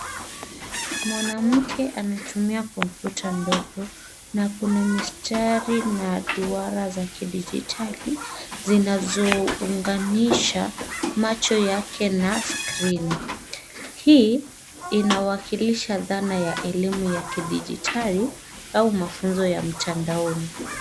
Mwanamke anatumia kompyuta ndogo na kuna mistari na duara za kidijitali zinazounganisha macho yake na skrini. Hii inawakilisha dhana ya elimu ya kidijitali au mafunzo ya mtandaoni.